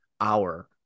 hour